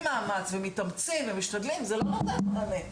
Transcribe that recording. מאמץ ומתאמצים ומשתדלים זה לא נותן מענה.